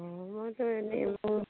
অঁ মইতো এনেই মোৰ